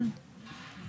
ברור שזה אמור להתנגש.